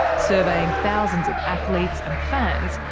surveying thousands of athletes and fans,